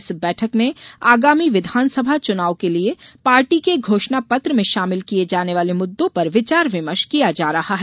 इस बैठक में आगामी विधानसभा चुनाव के लिये पार्टी के घोषणा पत्र में शामिल किये जाने वाले मुद्दों पर विचार विमर्श किया जा रहा है